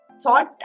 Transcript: thought